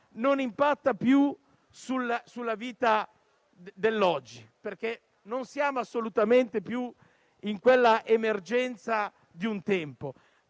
non impatta più sulla vita di oggi, perché non siamo assolutamente più nell'emergenza di un tempo,